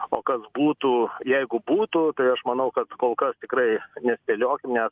o kas būtų jeigu būtų tai aš manau kad kol kas tikrai nespėliokim nes